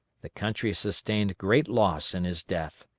the country sustained great loss in his death.